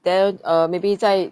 then uh maybe 在